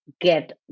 get